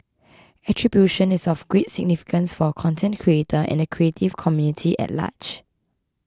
attribution is of great significance for a content creator and the creative community at large